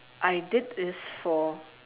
I did this for